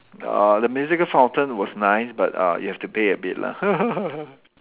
uh the musical fountain was nice but uh you have to pay a bit lah